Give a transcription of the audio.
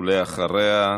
ואחריה,